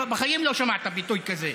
בחיים לא שמעת ביטוי כזה.